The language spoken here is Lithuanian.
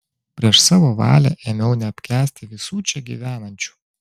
prieš savo valią ėmiau neapkęsti visų čia gyvenančių